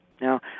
Now